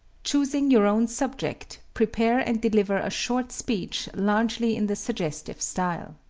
choosing your own subject, prepare and deliver a short speech largely in the suggestive style.